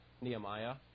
Nehemiah